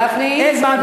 אבל אין זמן,